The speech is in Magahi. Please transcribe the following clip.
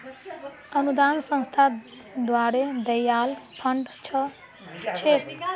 अनुदान संस्था द्वारे दियाल फण्ड ह छेक